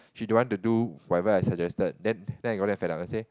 she don't want to do whatever I suggested then then I got damn fed up and say